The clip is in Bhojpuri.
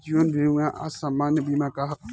जीवन बीमा आ सामान्य बीमा का ह?